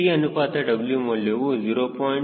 T ಅನುಪಾತ W ಮೌಲ್ಯವು 0